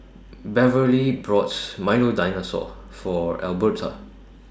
Beverley brought Milo Dinosaur For Alberta